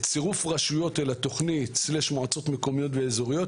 צירוף רשויות לתוכנית/מועצות מקומיות ואזוריות,